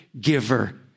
giver